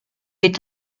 est